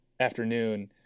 afternoon